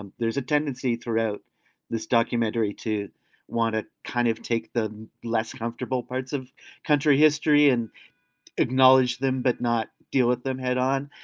and there's a tendency throughout this documentary to want to kind of take the less comfortable parts of country history and acknowledge them but not deal with them head on.